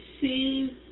see